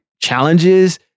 challenges